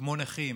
כמו נכים,